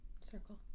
circle